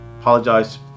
apologize